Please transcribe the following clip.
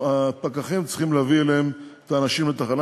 הפקחים צריכים להביא אליהם את האנשים לתחנה,